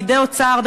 פקידי אוצר,